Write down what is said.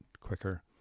quicker